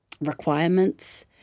requirements